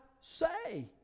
say